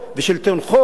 ושלטון חוק?